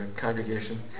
congregation